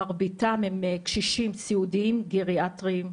מרביתם הם קשישים סיעודיים גריאטריים,